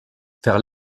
faire